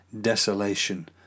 desolation